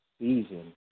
season